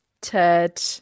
Ted